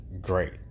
great